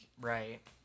Right